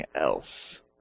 else